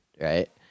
right